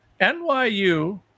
NYU